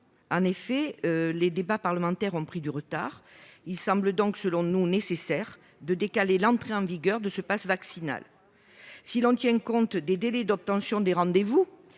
En effet, les débats parlementaires ont pris du retard. Il nous semble donc nécessaire de décaler l'instauration de ce passe vaccinal. Si l'on tient compte des délais d'obtention des rendez-vous